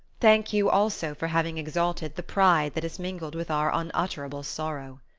thank you also for having exalted the pride that is mingled with our unutterable sorrow.